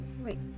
wait